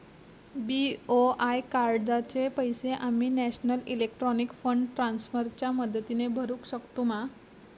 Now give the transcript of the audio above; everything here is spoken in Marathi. बी.ओ.आय कार्डाचे पैसे आम्ही नेशनल इलेक्ट्रॉनिक फंड ट्रान्स्फर च्या मदतीने भरुक शकतू मा?